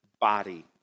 body